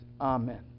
amen